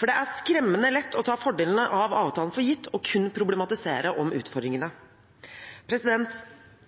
for det er skremmende lett å ta fordelene av avtalen for gitt og kun problematisere om utfordringene.